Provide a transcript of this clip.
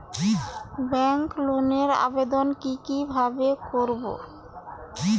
Bank লোনের আবেদন কি কিভাবে করব?